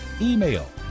email